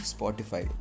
Spotify